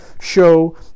show